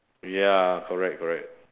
ya correct correct